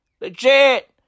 Legit